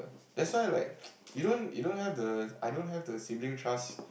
that's why like you don't you don't have the I don't have the sibling trust